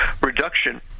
reduction